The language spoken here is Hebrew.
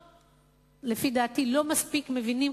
שלפי דעתי לא מספיק מבינים,